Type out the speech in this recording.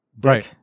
Right